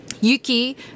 Yuki